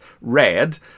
Red